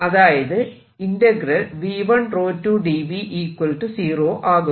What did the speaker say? അതായത് V12dv0 ആകുന്നു